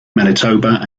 manitoba